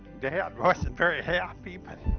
dad wasn't very happy, but.